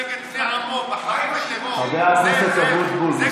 יצא נגד, חבר הכנסת אבוטבול, מספיק.